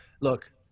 look